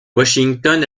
washington